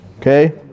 Okay